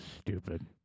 stupid